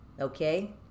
okay